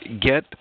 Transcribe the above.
get